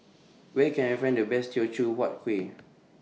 Where Can I Find The Best Teochew Huat Kueh